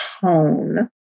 tone